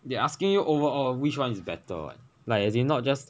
they are asking you overall which one is better [what] like as in not just